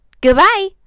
goodbye